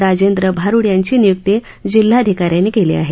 राजेंद्र भारुड यांची नियुक्ती जिल्हाधिकाऱ्यांनी केली आहे